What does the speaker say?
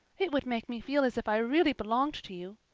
it would make me feel as if i really belonged to you.